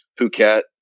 Phuket